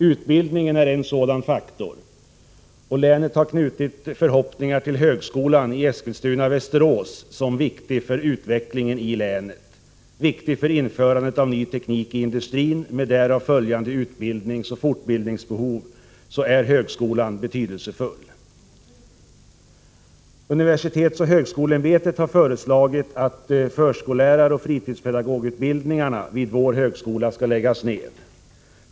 Utbildning är därvidlag en angelägen faktor, och länet har knutit förhoppningar till högskolan Eskilstuna-Västerås, som anses viktig för utvecklingen i länet; för införandet av ny teknik i inudustrin med därav följande utbildningsoch fortbildningsbehov är högskolan betydelsefull. fritidspedagogutbildningarna vid vår högskola skall läggas ned.